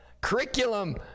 curriculum